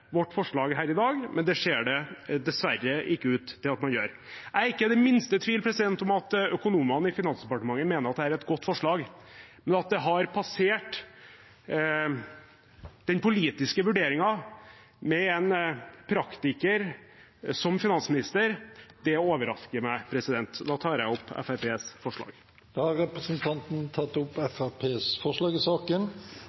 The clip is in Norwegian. vårt forslag her i dag, men det ser det dessverre ikke ut til at man gjør. Jeg er ikke det minste i tvil om at økonomene i Finansdepartementet mener at dette er et godt forslag, men at det har passert den politiske vurderingen – med en praktiker som finansminister – det overrasker meg. Da tar jeg opp Fremskrittspartiets forslag. Da har representanten Sivert Bjørnstad tatt opp